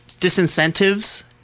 disincentives